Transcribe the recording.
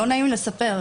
לא נעים לי לספר,